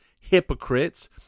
hypocrites